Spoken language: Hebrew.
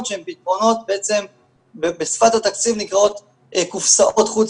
שהם פתרונות שנקראים בשפת התקציב קופסאות חוץ